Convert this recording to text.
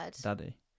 Daddy